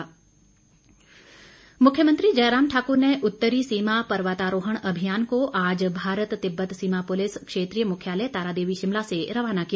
पर्वतारोहण अभियान मुख्यमंत्री जयराम ठाक्र ने उत्तरी सीमा पर्वतारोहण अभियान को आज भारत तिब्बत सीमा पुलिस क्षेत्रीय मुख्यालय तारादेवी शिमला से रवाना किया